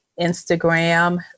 Instagram